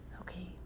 Okay